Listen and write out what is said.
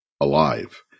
alive